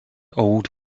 old